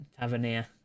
Tavernier